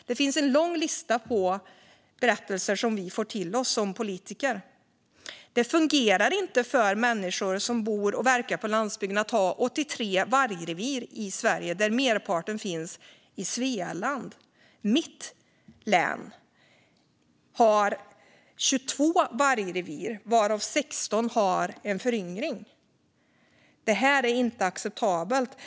Det finns en lång lista med sådana berättelser som vi politiker får till oss. Det fungerar inte för människor som bor och verkar på landsbygden att ha 83 vargrevir i Sverige, där merparten finns i Svealand. Mitt län har 22 vargrevir, varav 16 har en föryngring. Det är inte acceptabelt.